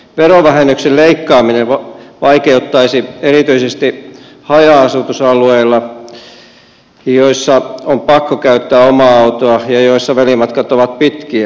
verovähennyksen leikkaaminen vaikeuttaisi erityisesti haja asutusalueilla joilla on pakko käyttää omaa autoa ja joilla välimatkat ovat pitkiä